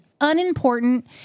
unimportant